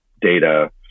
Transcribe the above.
data